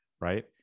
right